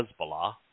Hezbollah